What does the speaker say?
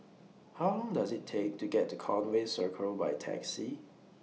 How Long Does IT Take to get to Conway Circle By Taxi